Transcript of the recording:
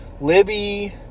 Libby